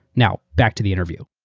now, back to the interview.